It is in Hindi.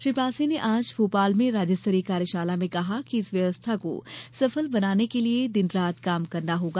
श्री पांसे ने आज भोपाल में राज्य स्तरीय कार्यशाला में कहा कि इस व्यवस्था को सफल बनाने के लिये दिन रात काम करना होगा